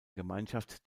gemeinschaft